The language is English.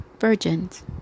virgins